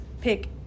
pick